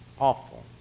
awful